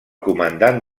comandant